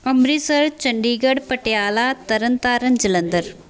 Amritsar Chandigarh Patiala Tarn Taran Jalandhar